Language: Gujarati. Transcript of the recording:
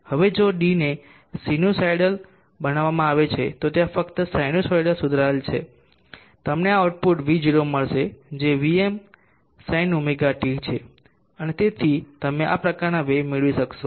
હવે જો d ને સિનુસાઇડલ બનાવવામાં આવે છે તો ત્યાં ફક્ત સાઇનસાઇડલ સુધારેલ છે તમને આઉટપુટ V0 મળશે જે vinsinωt છે અને તેથી તમે આ પ્રકારના વેવ મેળવી શકશો